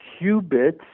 qubits